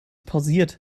pausiert